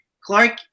Clark